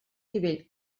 nivell